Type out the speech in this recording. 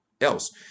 else